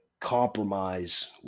compromise